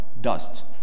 dust